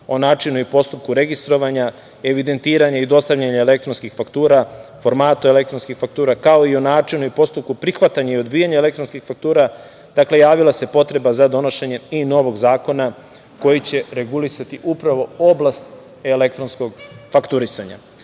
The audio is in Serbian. o načinu i postupku registrovanja , evidentiranja i dostavljanja elektronskih faktura, formata elektronskih faktura, kao i o načinu prihvatanja i odbijanju elektronskih faktura, dakle, javila se potreba za donošenjem i novog zakona koji će regulisati upravo oblast elektronskog fakturisanja. Podsetio